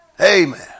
Amen